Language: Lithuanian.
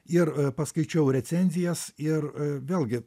ir paskaičiau recenzijas ir vėlgi